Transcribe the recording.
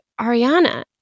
ariana